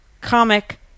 comic